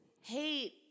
hate